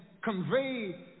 convey